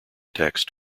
text